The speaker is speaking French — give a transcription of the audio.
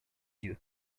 yeux